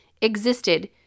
existed